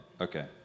Okay